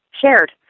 shared